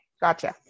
gotcha